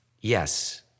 yes